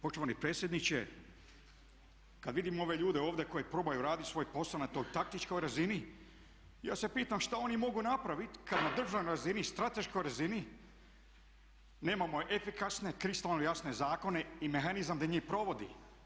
Poštovani predsjedniče, kad vidim ove ljude ovdje koji probaju raditi svoj posao na toj taktičkoj razini ja se pitam šta oni mogu napraviti kad na državnoj razini, strateškoj razini nemamo efikasne, kristalno jasne zakone i mehanizam da njih provodi.